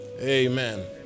Amen